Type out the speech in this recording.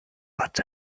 but